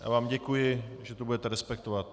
Já vám děkuji, že to budete respektovat.